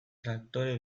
traktore